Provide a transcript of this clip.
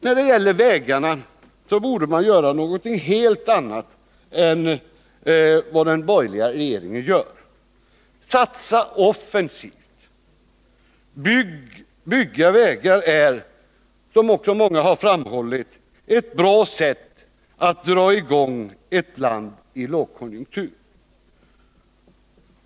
När det gäller vägarna borde man göra någonting helt annat än den borgerliga regeringen gör — satsa offensivt. Bygga vägar är, som också många har framhållit, ett bra sätt att dra i gång ett land i lågkonjunktur.